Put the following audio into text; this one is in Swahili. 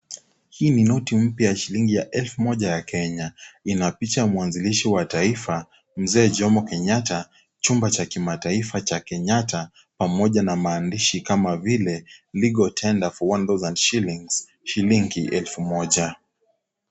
Hii ni noti mpya ya shilingi ya elfu moja ya Kenya . Ina picha ya mwanzilishi wa taifa mzee Jomo Kenyatta chumba cha kimataifa cha Kenyatta pamoja na maandishi kama vile legal tender for one thousand shillings shilingi elfu moja.